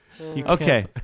Okay